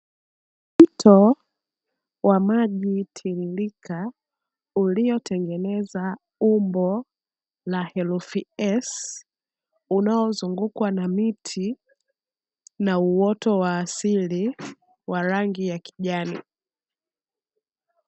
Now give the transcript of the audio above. Mto wa maji tiririka uliotengeneza umbo la herufu 's' unaozungukwa na miti na uoto wa asili wa rangi ya kijani.